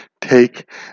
take